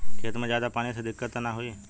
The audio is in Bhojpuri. खेत में ज्यादा पानी से दिक्कत त नाही होई?